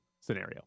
scenario